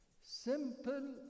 Simple